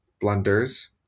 blunders